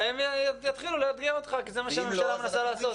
הם יתחילו לאתגר אותך כי זה מה שהממשלה מנסה לעשות.